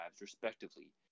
respectively